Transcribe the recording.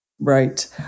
Right